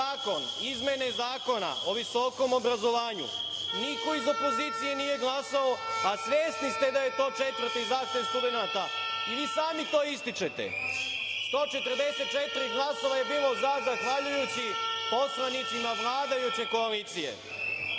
izmene Zakona o visokom obrazovanju. Niko iz opozicije nije glasao, a svesni ste da je to četvrti zahtev studenata i vi sami to ističete. Bilo je 144 glasova za zahvaljujući poslanicima vladajuće koalicije. Predložene